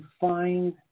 find